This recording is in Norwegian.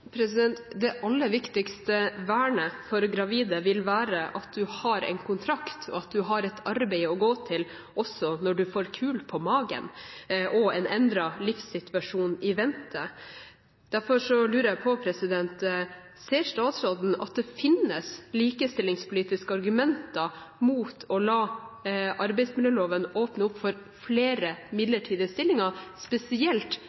også når man får kul på magen og har en endret livssituasjon i vente. Derfor lurer jeg på: Ser statsråden at det finnes likestillingspolitiske argumenter mot å la arbeidsmiljøloven åpne opp for flere midlertidige stillinger, spesielt